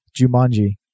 Jumanji